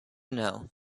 know